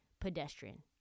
pedestrian